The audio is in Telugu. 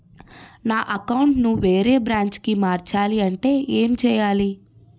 నా అకౌంట్ ను వేరే బ్రాంచ్ కి మార్చాలి అంటే ఎం చేయాలి?